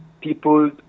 people